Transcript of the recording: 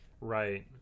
Right